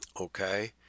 okay